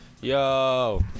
Yo